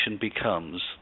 becomes